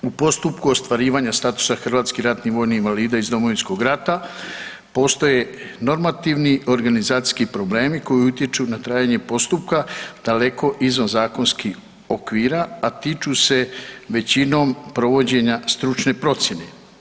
U postupku ostvarivanja statusa hrvatskih ratnih vojnih invalida iz Domovinskog rata postoje normativni organizacijski problemi koji utječu na trajanje postupka daleko izvan zakonskih okvira, a tiču se većinom provođenja stručne procjene.